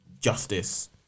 justice